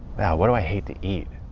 what do i hate to eat?